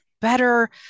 better